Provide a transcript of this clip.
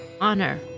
honor